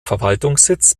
verwaltungssitz